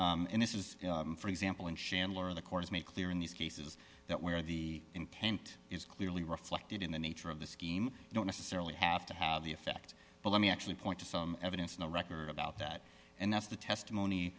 think this is for example in shambler the court is made clear in these cases that where the intent is clearly reflected in the nature of the scheme don't necessarily have to have the effect but let me actually point to some evidence in the record about that and that's the testimony